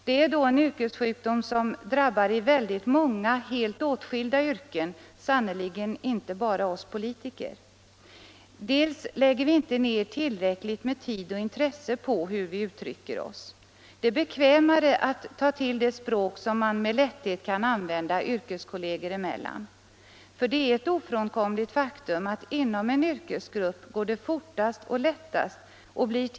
Det är då en yrkessjukdom som drabbar i väldigt många, helt åtskilda yrken, sannerligen inte bara oss politiker. Dels lägger vi inte ned tillräckligt med tid och intresse på hur vi uttrycker oss. Det är bekvämare att ta till det språk som man med lätthet kan använda yrkeskolleger emellan. För det är ett ofrånkomligt faktum, att inom en yrkesgrupp går det fortast och lättast och blir t.